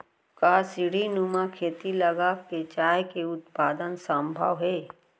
का सीढ़ीनुमा खेती लगा के चाय के उत्पादन सम्भव हे?